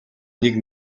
нэг